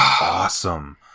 awesome